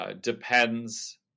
depends